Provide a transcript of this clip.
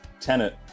Tenant